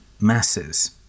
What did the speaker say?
masses